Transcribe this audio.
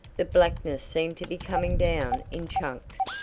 the blackness seemed to be coming down in chunks.